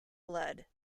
blood